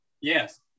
Yes